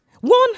One